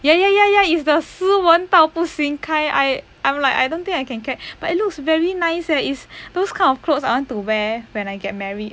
ya ya ya ya is the 斯文到不行 kind I I'm like I don't think I can get but it looks very nice eh is those kind of clothes I want to wear when I get married